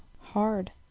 hard